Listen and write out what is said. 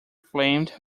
flamed